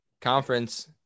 conference